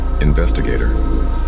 Investigator